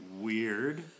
weird